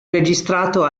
registrato